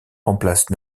remplace